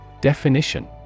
Definition